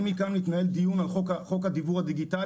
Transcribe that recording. ליד החדר הזה התנהל דיון על חוק הדיוור הדיגיטלי